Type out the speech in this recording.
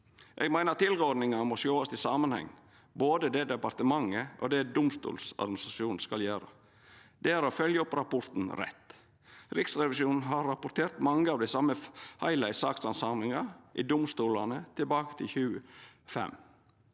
ein må sjå tilrådingane i samanheng, både det departementet og det Domstoladministrasjonen skal gjera. Det er å følgja opp rapporten rett. Riksrevisjonen har rapportert mange av dei same feila i sakshandsaminga i domstolane tilbake til 2005